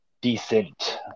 decent